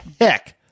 heck